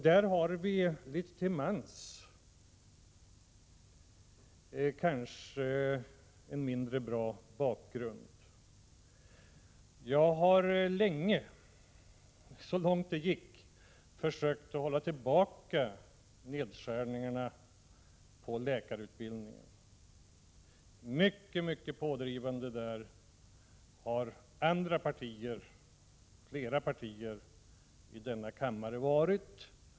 Där har vi kanske litet till mans en mindre bra bakgrund. Jag har länge — så långt det gick — försökt motarbeta krav på nedskärningar inom läkarutbildningen. Mycket pådrivande i det avseendet har flera andra partier i denna kammare varit.